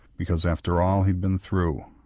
because after all he'd been through,